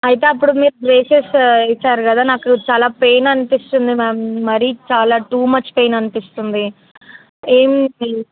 అయితే అప్పుడు మీరు బ్రేసెస్ ఇచ్చారు కదా నాకు చాలా పెయిన్ అనిపిస్తుంది మ్యామ్ మరి చాలా టూ మచ్ పెయిన్ అనిపిస్తుంది ఏమి